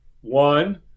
One